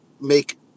make